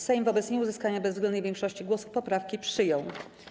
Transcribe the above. Sejm wobec nieuzyskania bezwzględnej większości głosów poprawki przyjął.